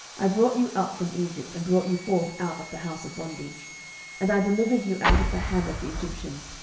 i brought you up from egypt, and brought you forth out of the house of bondage and i delivered you out of the hand of the egyptians,